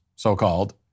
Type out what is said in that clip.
so-called